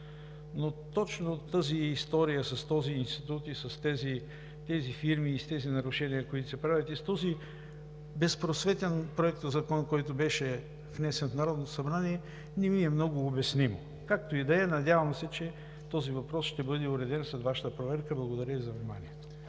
Но точно тази история, с този институт и с тези фирми, и с тези нарушения, които се правят, и с този безпросветен проектозакон, който беше внесен в Народното събрание, не ми е много обяснимо. Както и да е, надявам се, че този въпрос ще бъде уреден с Вашата проверка. Благодаря Ви за вниманието.